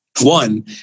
one